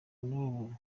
n’ubu